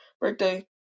birthday